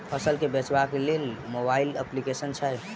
फसल केँ बेचबाक केँ लेल केँ मोबाइल अप्लिकेशन छैय?